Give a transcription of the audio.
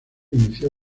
inició